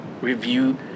review